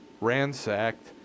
ransacked